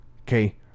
Okay